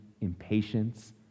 impatience